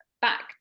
back